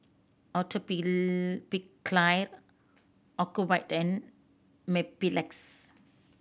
Ocuvite and Mepilex